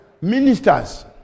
ministers